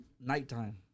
nighttime